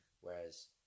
whereas